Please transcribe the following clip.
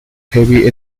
heavy